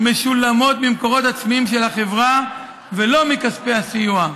משולמים ממקורות עצמאיים של החברה ולא מכספי הסיוע.